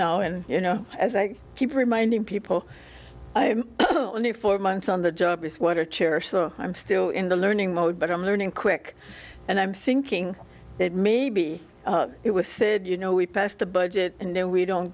now and you know as i keep reminding people i'm only four months on the job is what are chair so i'm still in the learning mode but i'm learning quick and i'm thinking that maybe it was said you know we passed the budget and then we don't